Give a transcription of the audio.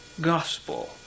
gospel